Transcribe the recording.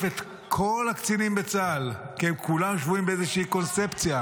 את כל הקצינים בצה"ל כי הם כולם שבויים באיזושהי קונספציה.